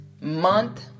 month